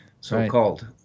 so-called